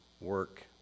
work